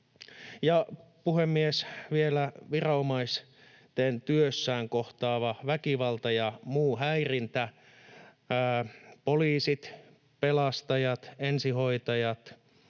Puhemies! Vielä viranomaisten työssään kohtaama väkivalta ja muu häirintä. Poliisit, pelastajat, ensihoitajat,